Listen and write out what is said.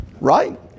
Right